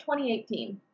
2018